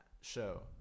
show